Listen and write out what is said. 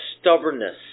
stubbornness